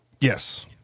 Yes